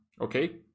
okay